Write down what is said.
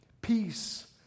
peace